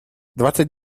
двадцать